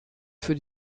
für